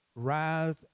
rise